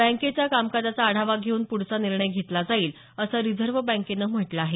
बँकेचा कामकाजाचा आढावा घेऊन प्ढचा निर्णय घेतला जाईल असं रिजर्व्ह बँकेनं म्हटलं आहे